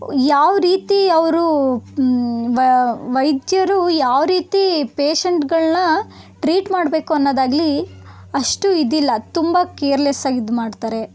ಯಾವ ರೀತಿ ಅವರು ವೈದ್ಯರು ಯಾವ ರೀತಿ ಪೇಷಂಟ್ಗಳನ್ನ ಟ್ರೀಟ್ ಮಾಡಬೇಕು ಅನ್ನೋದಾಗಲಿ ಅಷ್ಟು ಇದಿಲ್ಲ ತುಂಬ ಕೇರ್ಲೆಸ್ ಆಗ ಇದು ಮಾಡ್ತಾರೆ